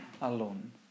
alone